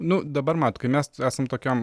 nu dabar mat kai mes esam tokiam